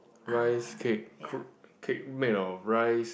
rice cake cake made of rice